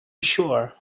sure